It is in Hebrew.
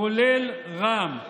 כולל רע"מ.